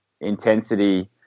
intensity